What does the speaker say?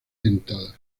dentadas